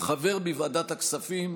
חבר בוועדת הכספים,